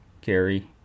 gary